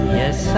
yes